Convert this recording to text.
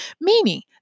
meaning